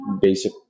Basic